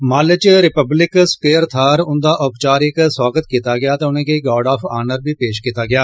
माले च Republic Square थाहर उंदा औपचारिक सोआगत कीता गेआ ते उनें'गी गार्ड आफ आनर बी दित्ता गेआ